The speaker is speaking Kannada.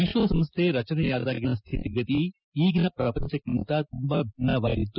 ವಿಶ್ವ ಸಂಸ್ದೆ ರಚನೆಯಾದಾಗಿನ ಸ್ಥಿತಿಗತಿ ಈಗಿನ ಪ್ರಪಂಚಕ್ಕಿಂತ ತುಂಬಾ ಭಿನ್ನವಾಗಿತ್ತು